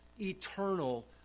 eternal